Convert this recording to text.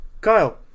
Kyle